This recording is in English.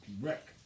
wreck